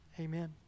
Amen